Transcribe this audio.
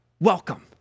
Welcome